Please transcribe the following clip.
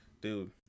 dude